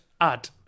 add